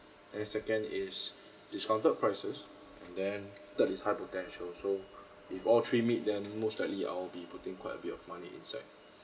and second is discounted prices and then third is high potential so if all three meet than most likely I'll be putting quite a bit of money inside